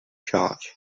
church